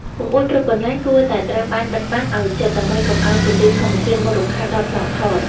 បង្អួចគ្រប់កន្លែងគួរតែត្រូវបានបិទបាំងឱ្យជិតដើម្បីកុំឱ្យពន្លឺធម្មជាតិមករំខានដល់ប្លង់ថត។